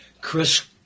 Chris